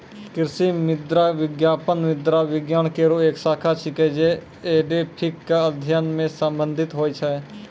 कृषि मृदा विज्ञान मृदा विज्ञान केरो एक शाखा छिकै, जे एडेफिक क अध्ययन सें संबंधित होय छै